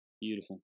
Beautiful